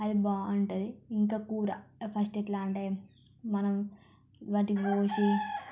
అది బాగుంటుంది ఇంకా కూర ఫస్ట్ ఎట్లా అంటే మనం వాటిని కోసి